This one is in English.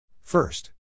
First